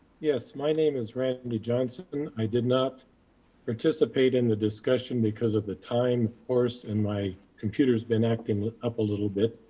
yes, my name is randy johnson. and i did not participate in the discussion because of the time of course and my computer's been acting up a little bit,